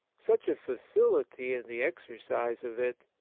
such a facility in the exercise of it,